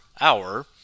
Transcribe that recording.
hour